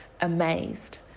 amazed